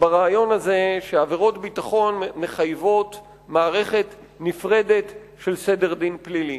ברעיון הזה שעבירות ביטחון מחייבות מערכת נפרדת של סדר דין פלילי.